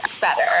better